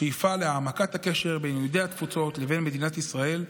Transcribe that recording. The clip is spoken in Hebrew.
השאיפה להעמקת הקשר בין יהודי התפוצות לבין מדינת ישראל.